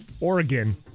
Oregon